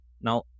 Now